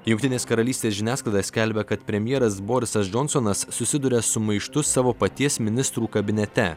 jungtinės karalystės žiniasklaida skelbia kad premjeras borisas džonsonas susiduria su maištu savo paties ministrų kabinete